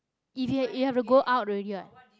if you you have to go out already what